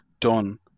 Done